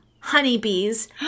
honeybees